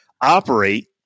operate